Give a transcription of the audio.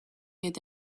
eta